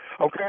okay